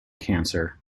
cancer